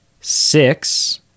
Six